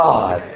God